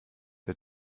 der